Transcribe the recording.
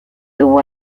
tuvo